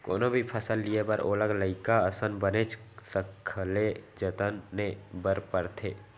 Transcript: कोनो भी फसल लिये बर ओला लइका असन बनेच सखले जतने बर परथे